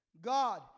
God